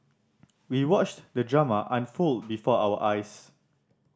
we watched the drama unfold before our eyes